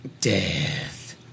Death